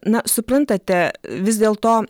na suprantate vis dėlto